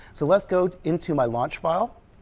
so let's go into my launch file.